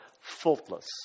faultless